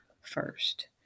first